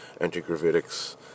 anti-gravitics